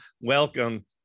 Welcome